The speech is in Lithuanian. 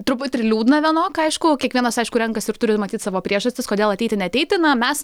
truputį liūdna vienok aišku kiekvienas aišku renkasi ir turi matyt savo priežastis kodėl ateiti neateiti na mes